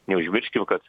neužmirškim kad